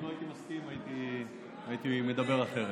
אם לא הייתי מסכים הייתי מדבר אחרת.